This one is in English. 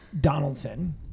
Donaldson